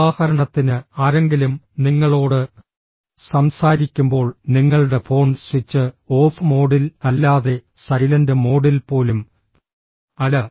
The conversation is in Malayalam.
ഉദാഹരണത്തിന് ആരെങ്കിലും നിങ്ങളോട് സംസാരിക്കുമ്പോൾ നിങ്ങളുടെ ഫോൺ സ്വിച്ച് ഓഫ് മോഡിൽ അല്ലാതെ സൈലന്റ് മോഡിൽ പോലും അല്ല